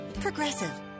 Progressive